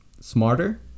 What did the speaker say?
smarter